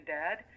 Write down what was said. dad